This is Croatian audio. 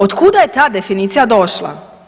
Od kuda je ta definicija došla?